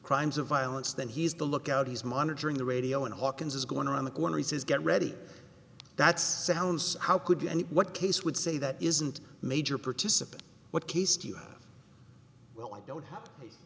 crimes of violence then he is the lookout he's monitoring the radio and hawkins is going around the corner he says get ready that's sounds how could be any what case would say that isn't major participant what case do you have well i don't have t